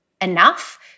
enough